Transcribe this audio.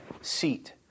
seat